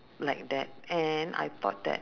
like that and I thought that